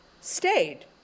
stayed